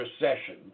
Recession